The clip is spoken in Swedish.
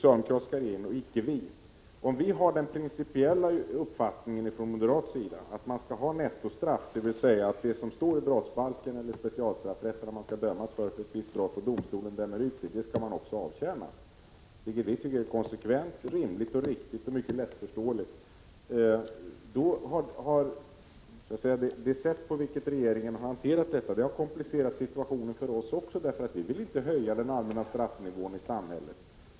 Om vi moderater har den principiella uppfattningen att man skall ha nettostraff — dvs. när domstolen dömer ut det straff som det står i brottsbalken eller specialstraffrätten att man skall dömas till, då skall man också avtjäna straffet. Vi tycker att det är konsekvent, rimligt, riktigt och mycket lättförståeligt. Det sätt på vilket regeringen har hanterat dessa frågor har komplicerat situationen för oss också. Vi vill inte höja den allmänna straffnivån i samhället.